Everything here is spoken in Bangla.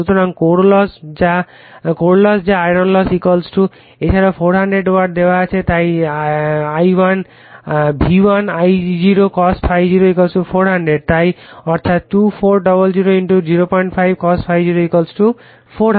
সুতরাং কোর লস যা আয়রন লস এছাড়াও 400 ওয়াট দেওয়া হয়েছে তাই V1 I0 cos ∅0 400 তাই অর্থাৎ 2400 05 cos ∅0 400